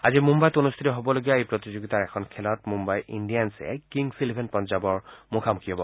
আজি মুন্নাইত অনুষ্ঠিত অনুষ্ঠিত হ'ব লগা এই প্ৰতিযোগিতাৰ এখন খেলত মুম্বাই ইণ্ডিয়ানচে কিংছ ইলেভেন পঞ্জাৱৰ মুখামুখি হ'ব